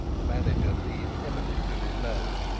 the manager breathed heavily through his nose.